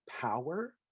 power